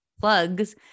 plugs